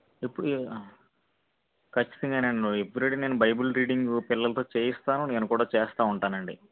ఇప్పుడు ఖచ్చితంగానండి ఇప్పుడునుండే నేను బైబిల్ రీడింగ్ పిల్లలతో చేయిస్తాను నేను కూడా చేస్తా ఉంటానండి